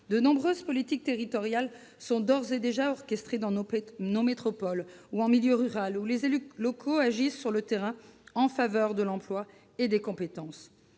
de nombreuses politiques territoriales sont d'ores et déjà orchestrées dans nos métropoles comme en milieu rural, où les élus locaux agissent sur le terrain en faveur de l'emploi et des compétences.